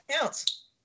counts